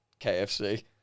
kfc